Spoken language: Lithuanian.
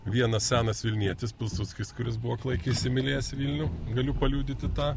vienas senas vilnietis pilsudskis kuris buvo klaikiai įsimylėjęs vilnių galiu paliudyti tą